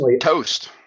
toast